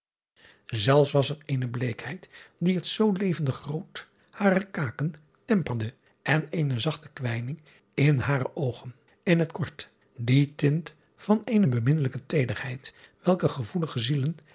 elss was er eene bleekheid die het zoo levendig rood harer kaken temperde en driaan oosjes zn et leven van illegonda uisman eene zachte kwijning in hare oogen in het kort die tint van eene beminnelijke teederheid welke gevoelige zielen